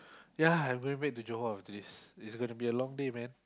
ya I going back to Johor today's it's gonna be a long day man